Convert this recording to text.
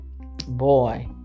Boy